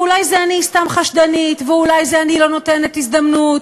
ואולי אני סתם חשדנית ואולי אני לא נותנת הזדמנות,